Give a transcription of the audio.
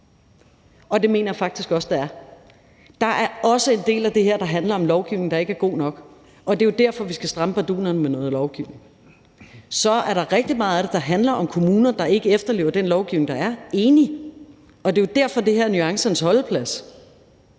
Og det mener jeg faktisk også det ville være. Der er også en del af det her, der handler om lovgivning, der ikke er god nok, og det er jo derfor, vi skal stramme bardunerne med noget lovgivning. Så er der rigtig meget af det, der handler om kommuner, der ikke efterlever den lovgivning, der er – enig – og det er jo derfor, det her er nuancernes holdeplads.